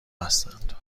هستند